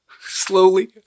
Slowly